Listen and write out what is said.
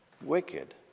wicked